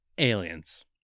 Aliens